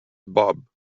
bob